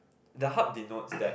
the hub did notes that